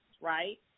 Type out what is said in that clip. right